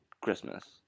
Christmas